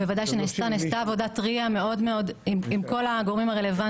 בוודאי נעשתה עבודה עם כל הגורמים הרלוונטיים